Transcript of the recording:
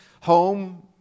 home